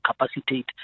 capacitate